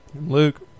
Luke